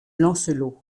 lancelot